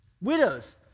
Widows